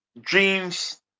dreams